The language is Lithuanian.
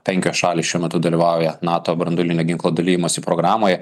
penkios šalys šiuo metu dalyvauja nato branduolinio ginklo dalijimosi programoje